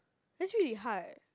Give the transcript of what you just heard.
that's really hard